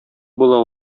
була